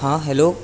ہاں ہیلو